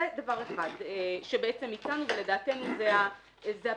זה דבר אחד שבעצם ניתן, ולדעתנו זה הפתרון.